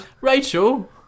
Rachel